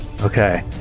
Okay